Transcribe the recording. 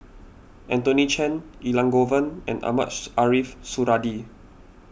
Anthony Chen Elangovan and Mohamed Ariff Suradi